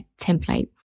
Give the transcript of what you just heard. template